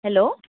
hello